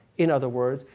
in other words,